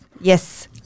yes